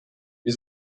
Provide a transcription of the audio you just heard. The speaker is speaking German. wir